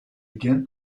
again